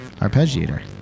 arpeggiator